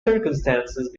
circumstances